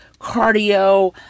cardio